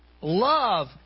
love